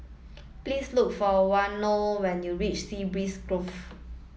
please look for Waino when you reach Sea Breeze Grove